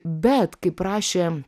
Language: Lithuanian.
bet kaip rašė